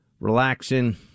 relaxing